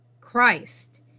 Christ